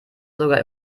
sogar